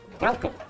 welcome